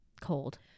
cold